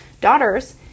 daughters